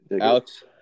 Alex